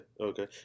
okay